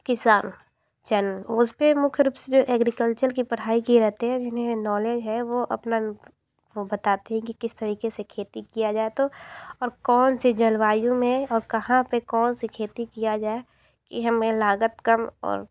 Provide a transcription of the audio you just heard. किसान चैनल उसपे मुख्य रूप से जो एग्रीकल्चर की पढ़ाई किए रहते हैं जिन्हें नॉलेज है वो अपना वो बताते हैं कि किस तरीके से खेती किया जा तो और कौन से जलवायु में और कहाँ पे कौनसी खेती किया जाए कि हमें लागत कम और